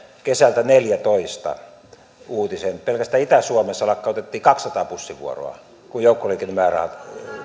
kesältä neljäntoista uutisen pelkästään itä suomessa lakkautettiin kaksisataa bussivuoroa kun joukkoliikennemäärät